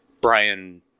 Brian